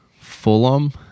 Fulham